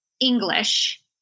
English